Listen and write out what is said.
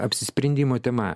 apsisprendimo tema